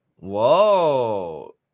Whoa